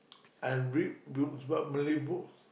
I read books what Malay books